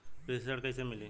कृषि ऋण कैसे मिली?